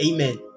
Amen